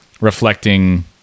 reflecting